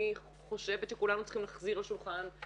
אני חושבת שכולנו צריכים להחזיר לשולחן את הדיון.